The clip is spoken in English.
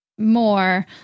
More